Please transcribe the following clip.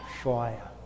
fire